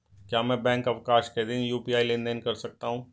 क्या मैं बैंक अवकाश के दिन यू.पी.आई लेनदेन कर सकता हूँ?